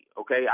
okay